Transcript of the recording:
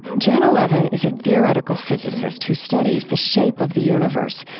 janna levin is a theoretical physicist who studies the shape of the universe,